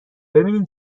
ببینین